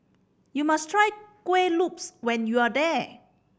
you must try Kueh Lopes when you are there